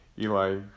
eli